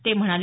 ते म्हणाले